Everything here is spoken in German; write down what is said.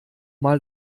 mal